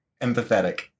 empathetic